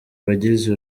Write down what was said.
wagize